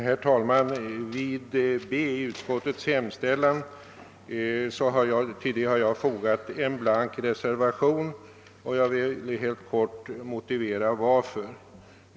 Herr talman! Jag har vid B i utskottets hemställan fogat en blank reservation som jag helt kort vill motivera.